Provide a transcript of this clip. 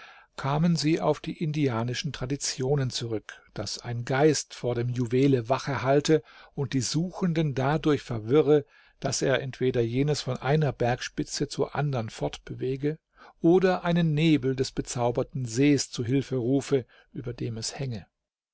kamen sie auf die indianischen traditionen zurück daß ein geist vor dem juwele wache halte und die suchenden dadurch verwirre daß er entweder jenes von einer bergspitze zur andern fortbewege oder einen nebel des bezauberten sees zu hilfe rufe über dem es hänge